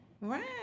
Right